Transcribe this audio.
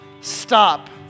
stop